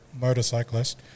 motorcyclist